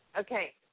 Okay